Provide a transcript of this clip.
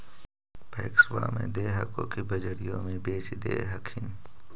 पैक्सबा मे दे हको की बजरिये मे बेच दे हखिन?